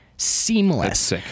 Seamless